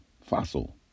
fossil